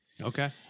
Okay